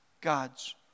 God's